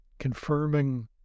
confirming